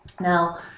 Now